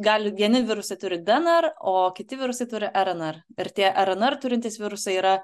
gali vieni virusai turi dnr o kiti virusai turi rnr ir tie rnr turintys virusai yra